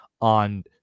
on